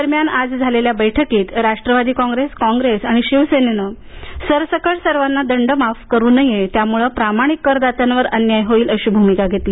दरम्यान आज झालेल्या बैठकीत राष्ट्रवादी काँग्रेस काँग्रेस आणि शिवसेनेनं सरसकट सर्वांना दंड माफ करू नये यामुळे प्रामाणिक करदात्यांवर अन्याय होईल अशी भूमिका घेतली